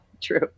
True